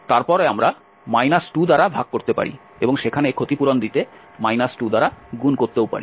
তারপরে আমরা 2 দ্বারা ভাগ করতে পারি এবং সেখানে ক্ষতিপূরণ দিতে 2 দ্বারা গুণ করতে পারি